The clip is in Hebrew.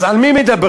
אז על מי מדברים?